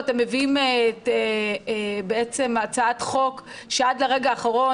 אתם מביאים פה בעצם הצעת חוק שעד לרגע האחרון,